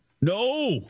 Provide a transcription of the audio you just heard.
no